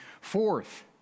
Fourth